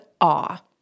awe